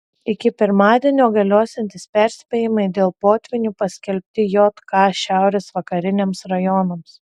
iki pirmadienio galiosiantys perspėjimai dėl potvynių paskelbti jk šiaurės vakariniams rajonams